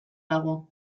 dago